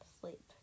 sleep